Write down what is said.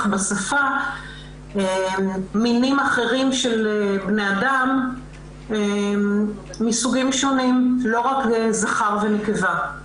בשפה מינים אחרים של בני אדם מסוגים שונים ולא רק זכר ונקבה.